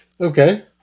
Okay